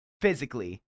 physically